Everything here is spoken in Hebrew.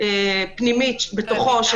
ועדה פנימית בתוכו,